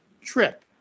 trip